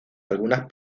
algunas